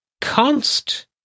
Const